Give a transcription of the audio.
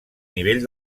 nivell